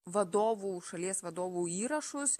vadovų šalies vadovų įrašus